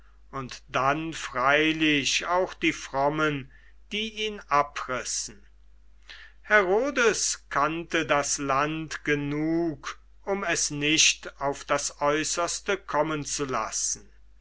und dann freilich auch die frommen die ihn abrissen herodes kannte das land genug um es nicht auf das äußerste kommen zu lassen